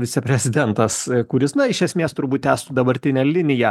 viceprezidentas kuris iš esmės turbūt tęstų dabartinę liniją